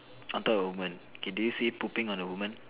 under a woman okay do you see pooping on the woman